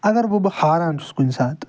اگر وۄنۍ بہٕ ہاران چھُس کُنہِ ساتہٕ